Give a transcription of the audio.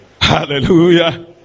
Hallelujah